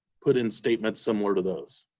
put in statements similar to those.